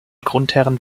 grundherren